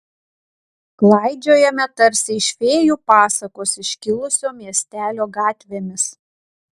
klaidžiojame tarsi iš fėjų pasakos iškilusio miestelio gatvėmis